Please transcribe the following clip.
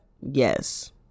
Yes